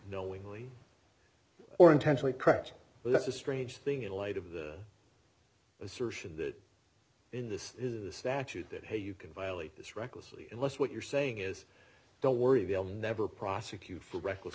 knowingly or intentionally correct but that's a strange thing in light of the assertion that in this statute that hey you can violate this recklessly unless what you're saying is don't worry they'll never prosecute for reckless